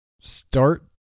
start